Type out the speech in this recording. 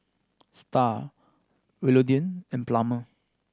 Starr Willodean and Plummer